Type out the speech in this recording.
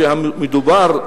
מדובר,